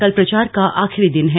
कल प्रचार का आखिरी दिन है